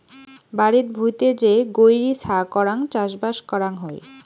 বাড়িত ভুঁইতে যে গৈরী ছা করাং চাষবাস করাং হই